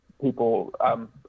people